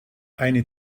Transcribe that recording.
eine